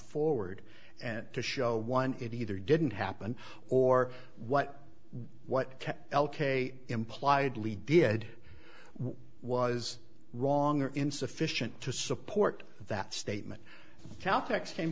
forward and to show one it either didn't happen or what what a impliedly did was wrong or insufficient to support that statement